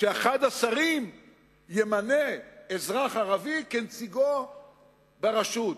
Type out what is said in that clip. שאחד השרים ימנה אזרח ערבי כנציגו ברשות.